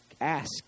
ask